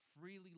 freely